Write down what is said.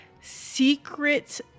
secret